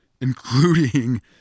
including